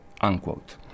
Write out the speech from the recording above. unquote